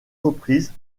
reprises